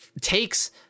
takes